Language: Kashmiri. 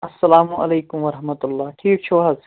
السَلامُ علیکُم وَرحمتُہ اللہ ٹھیٖک چھُو حظ